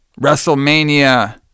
WrestleMania